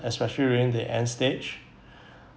especially during the end stage